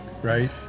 right